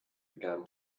began